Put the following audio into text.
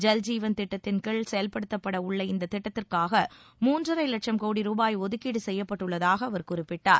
ஜல்ஜீவன் திட்டத்தின் கீழ் செயல்படுத்தப்பட உள்ள இந்தத் திட்டத்திற்காக மூன்றரை லட்சம் கோடி ரூபாய் ஒதுக்கீடு செய்யப்பட்டுள்ளதாக அவர் குறிப்பிட்டார்